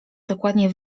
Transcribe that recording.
dokładnie